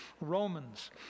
Romans